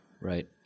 Right